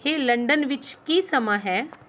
ਹੇ London ਵਿੱਚ ਕੀ ਸਮਾਂ ਹੈ